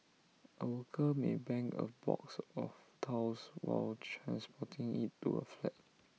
A worker may bang A box of tiles while transporting IT to A flat